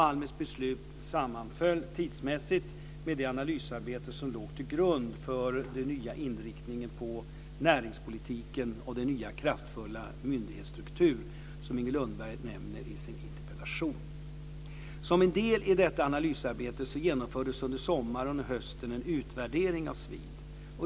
ALMI:s beslut sammanföll tidsmässigt med det analysarbete som låg till grund för den nya inriktningen på näringspolitiken och den nya kraftfulla myndighetsstruktur som Inger Lundberg nämner i sin interpellation. Som en del i detta analysarbete genomfördes under sommaren och hösten en utvärdering av SVID.